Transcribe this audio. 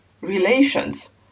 relations